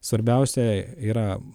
svarbiausia yra